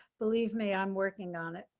believe me, i'm working on it.